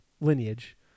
lineage